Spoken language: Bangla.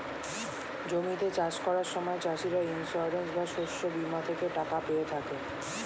জমিতে চাষ করার সময় চাষিরা ইন্সিওরেন্স বা শস্য বীমা থেকে টাকা পেয়ে থাকে